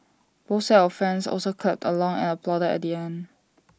both of fans also clapped along and applauded at the end